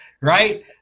right